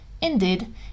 Indeed